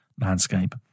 landscape